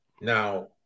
Now